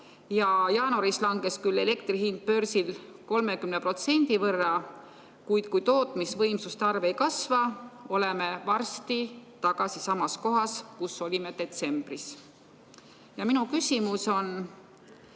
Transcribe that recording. Jaanuaris langes küll elektri hind börsil 30%, kuid kui tootmisvõimsuste arv ei kasva, oleme varsti tagasi samas kohas, kus olime detsembris. Minu küsimus on: